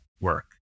work